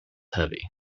heavy